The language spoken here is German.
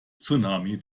tsunami